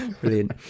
brilliant